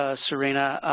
ah serena.